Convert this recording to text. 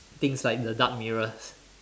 things like the dark mirrors